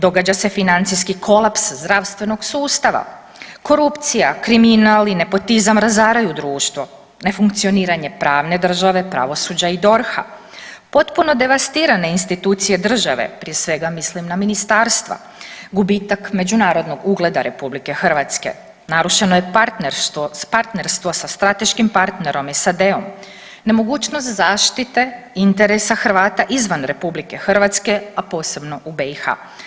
Događa se financijski kolaps zdravstvenog sustava, korupcija, kriminal i nepotizam razaraju društvo, ne funkcioniranje pravne države, pravosuđa i DORH-a, potpuno devastirane institucije države, prije svega mislim na ministarstva, gubitak međunarodnog ugleda RH, narušeno je partnerstvo sa strateškim partnerom SAD-om, nemogućnost zaštite interesa Hrvata izvan RH, a posebno u BiH.